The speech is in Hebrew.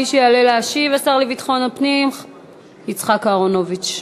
מי שיעלה להשיב הוא השר לביטחון הפנים יצחק אהרונוביץ.